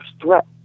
threat